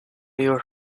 your